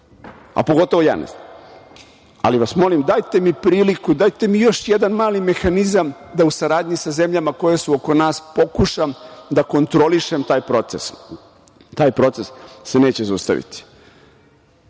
a pogotovo ja ne znam. Ali vas molim, dajte mi priliku, dajte mi još jedan mali mehanizam da u saradnji sa zemljama koje su oko nas pokušam da kontrolišem taj proces. Taj proces se neće zaustaviti.